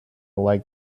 like